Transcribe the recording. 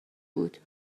بود